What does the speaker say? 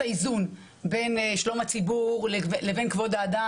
האיזון בין שלום הציבור לבין כבוד האדם.